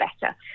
better